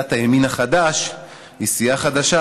וסיעת הימין החדש היא סיעה חדשה,